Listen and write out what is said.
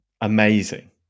amazing